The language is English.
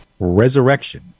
resurrection